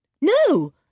No